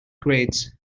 grades